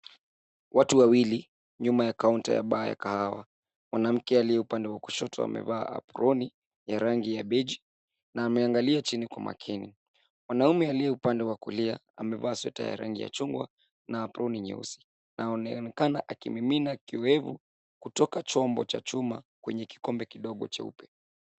Watu wa wawili, nyuma ya kaunta ya baa ya kahawa. Mwanamke aliye upande wa kushoto amevaa aproni ya rangi ya beige na ameangalia chini kwa makini. Mwanaume aliye upande wa kulia, amevaa sweta ya rangi ya chungwa na aproni nyeusi na anaonekana akimimina kioevu kutoka chombo cha chuma kwenye kikombe kidogo cheupe.